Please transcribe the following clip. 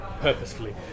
purposefully